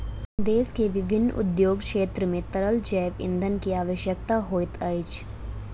देश के विभिन्न उद्योग क्षेत्र मे तरल जैव ईंधन के आवश्यकता होइत अछि